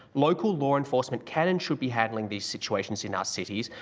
local law enforcement can and should be handling these situations in our cities,